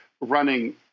running